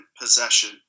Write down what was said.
possession